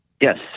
Yes